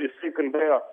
jisai kalbėjo